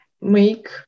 make